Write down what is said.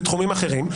בתחומים אחרים.